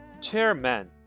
Chairman